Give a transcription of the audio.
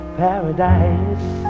paradise